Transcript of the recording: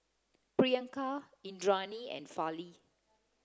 Priyanka Indranee and Fali